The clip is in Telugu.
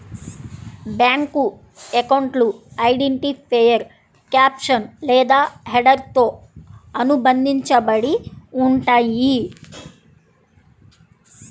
బ్యేంకు అకౌంట్లు ఐడెంటిఫైయర్ క్యాప్షన్ లేదా హెడర్తో అనుబంధించబడి ఉంటయ్యి